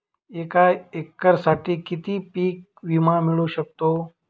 एका एकरसाठी किती पीक विमा मिळू शकतो?